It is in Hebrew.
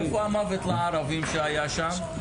איפה "מוות לערבים" שהיה שם?